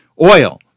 Oil